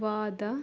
ವಾದ